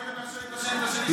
אם היית מאפשר לי את השאילתה שלי,